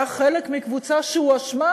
היה חלק מקבוצה שהואשמה